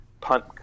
punt